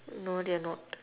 no they are not